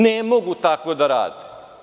Ne mogu tako da rade.